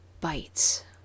Bites